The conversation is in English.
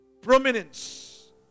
Prominence